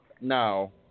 no